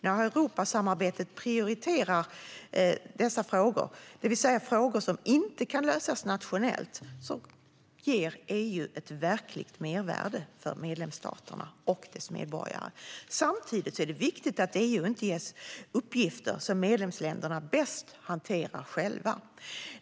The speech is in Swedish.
När Europasamarbetet prioriterar dessa frågor, det vill säga frågor som inte kan lösas nationellt, skapar EU ett verkligt mervärde för medlemsstaterna och deras medborgare. Samtidigt är det viktigt att EU inte ges uppgifter som medlemsländerna bäst hanterar själva.